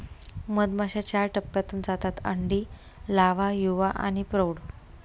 मधमाश्या चार टप्प्यांतून जातात अंडी, लावा, युवा आणि प्रौढ